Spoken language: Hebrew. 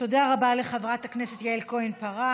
תודה רבה לחברת הכנסת יעל כהן-פארן.